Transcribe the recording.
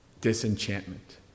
disenchantment